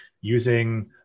using